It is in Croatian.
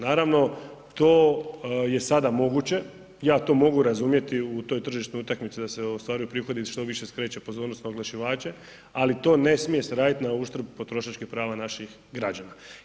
Naravno to je sada moguće, ja to mogu razumjeti u toj tržišnoj utakmici da se ostvaruju prihodi i što više skreće pozornost na oglašivače, ali to ne smije se raditi na uštrb potrošačkih prava naših građana.